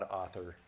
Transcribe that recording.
author